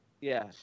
Yes